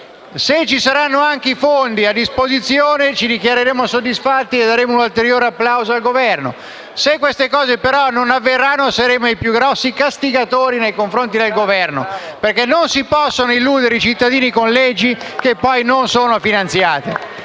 Se ci saranno anche i fondi a disposizione ci dichiareremo soddisfatti ed esprimeremo un ulteriore plauso al Governo; se questo non avverrà saremo i più grandi castigatori nei confronti del Governo, perché non si possono illudere i cittadini con leggi che poi non sono finanziate.